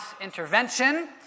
intervention